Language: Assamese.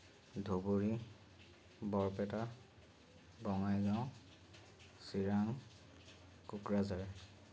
ধুবুৰী বৰপেটা বঙাইগাঁও চিৰাং কোকৰাঝাৰ